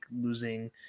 losing